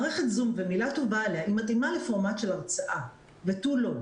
מערכת זו מילה ובה עליה - היא מתאימה לפורמט של הרצאה ותו לא.